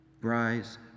rise